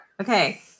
Okay